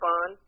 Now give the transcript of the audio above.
on